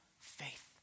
faith